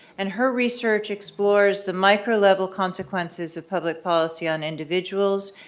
and her research explores the microlevel consequences of public policy on individuals,